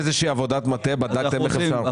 בסך הכול היא אמרה שבגלל שגיל הפטור היום הוא